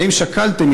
האם שקלתם,